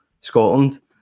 scotland